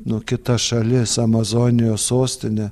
nu kita šalis amazonijos sostinė